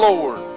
Lord